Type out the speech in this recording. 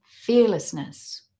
Fearlessness